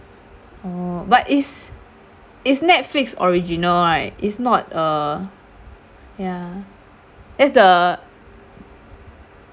oh but is it's netflix original right it's not a ya that's the